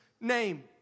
name